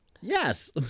Yes